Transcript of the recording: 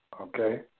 okay